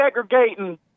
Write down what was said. segregating